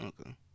Okay